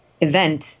event